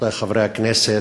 רבותי חברי הכנסת,